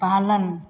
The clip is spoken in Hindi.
पालन